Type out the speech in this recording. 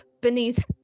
beneath